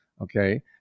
okay